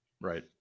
Right